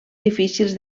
difícils